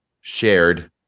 shared